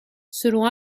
selon